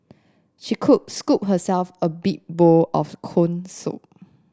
she scooped herself a big bowl of corn soup